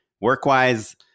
work-wise